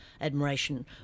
admiration